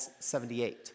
78